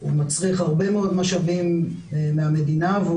המטרה של זה היא